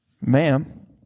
ma'am